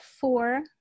four